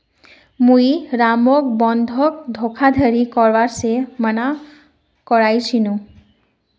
मुई रामक बंधक धोखाधड़ी करवा से माना कर्या छीनु